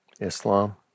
Islam